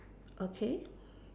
okay